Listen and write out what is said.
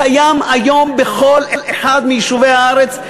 קיים היום בכל אחד מיישובי הארץ,